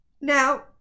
Now